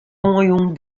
oanjûn